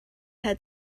had